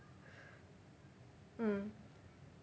mm